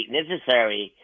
necessary